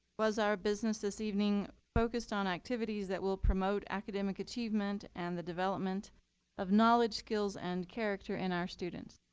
was our business this evening focused on activities that will promote academic achievement and the development of knowledge, skills, and character in our students?